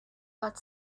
but